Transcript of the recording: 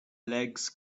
legs